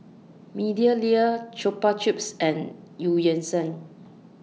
Meadowlea Chupa Chups and EU Yan Sang